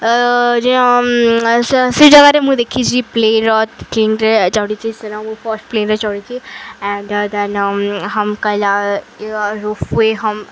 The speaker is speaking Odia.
ଯେ ସେ ଜାଗାରେ ମୁଁ ଦେଖିଛି ପ୍ଲେନ୍ରେ ଚଢ଼ିଚି